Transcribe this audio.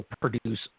produce